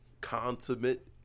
consummate